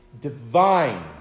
divine